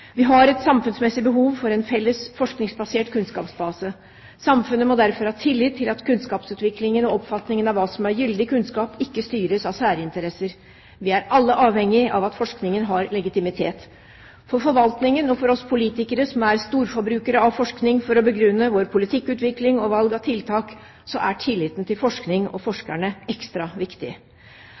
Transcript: Vi har et samfunnsmessig behov for en felles, forskningsbasert kunnskapsbase. Samfunnet må derfor ha tillit til at kunnskapsutviklingen og oppfatningen av hva som er gyldig kunnskap, ikke styres av særinteresser. Vi er alle avhengig av at forskningen har legitimitet. For forvaltningen og for oss politikere som er storforbrukere av forskning for å begrunne vår politikkutvikling og valg av tiltak, er tilliten til forskning og forskerne ekstra viktig.